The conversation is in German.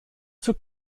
zur